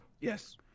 Yes